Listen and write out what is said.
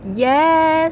yes